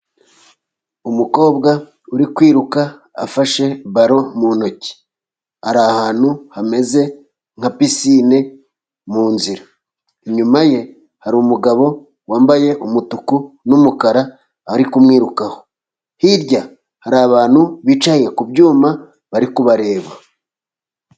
Umukobwa uri kwiruka afashe baro mu ntoki, ari ahantu hameze nka pisine mu nzira. Inyuma ye, hari umugabo wambaye umutuku n'umukara, ari kumwirukaho, hirya hari abantu bicaye ku byuma, bari kubareba.